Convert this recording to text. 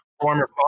former